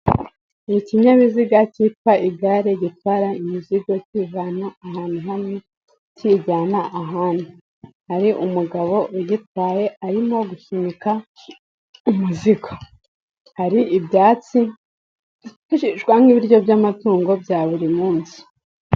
Ni ikinyabiziga cyitwa igare gitwara imizigo kiyivana ahantu hamwe kiyijyana ahandi, hari umugabo ugitaye arimo gusunika umuzigo, hari ibyatsi byifashishwa nk'ibiryo by'amatungo bya buri munsi.